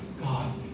God